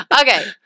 Okay